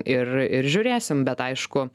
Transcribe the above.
ir ir žiūrėsim bet aišku